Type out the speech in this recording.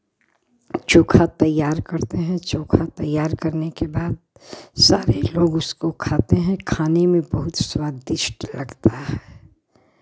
चोखा तैयार करते हैं चोखा तैयार करने के बाद सारे लोग उसको खाते हैं खाने में बहुत स्वादिष्ट लगता है